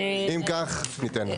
אם כך, ניתן לך.